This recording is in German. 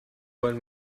wollen